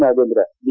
Nagendra B